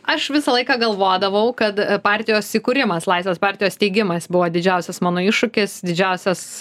aš visą laiką galvodavau kad partijos įkūrimas laisvės partijos steigimas buvo didžiausias mano iššūkis didžiausias